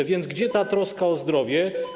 A więc gdzie ta troska o zdrowie?